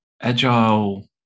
Agile